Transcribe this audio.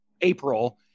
April